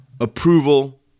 approval